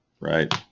Right